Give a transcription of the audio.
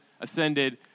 ascended